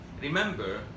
remember